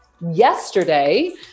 Yesterday